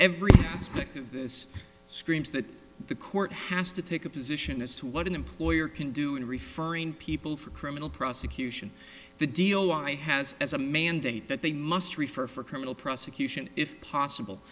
everything aspect of this screams that the court has to take a position as to what an employer can do and referring people for criminal prosecution the deal why has as a mandate that they must refer for criminal prosecution if possible